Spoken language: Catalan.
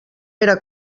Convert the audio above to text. era